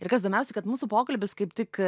ir kas įdomiausia kad mūsų pokalbis kaip tik